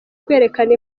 kwerekana